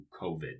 COVID